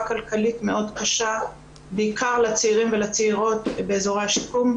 כלכלית מאוד קשה בעיקר לצעירים ולצעירות באזורי השיקום,